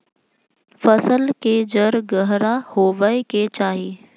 फसल के जड़ गहरा होबय के चाही